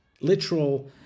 literal